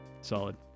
Solid